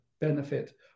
benefit